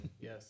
yes